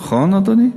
נכון, אדוני?